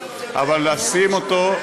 אבל לשים אותו,